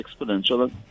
exponential